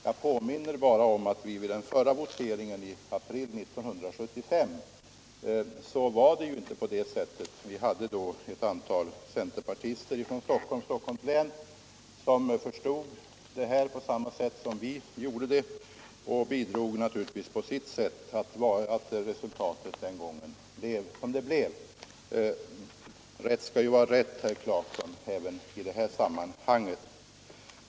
Jag vill påminna om att det vid den förra voteringen 1975 var ett antal centerpartister från Stockholm och Stockholms län som hade samma inställning som vi i den här frågan, vilket naturligtvis på sit sätt bidrog till att resultatet den gången blev som det blev. Rätt skall ju vara rätt, herr Clarkson, även i det här sammanhanget.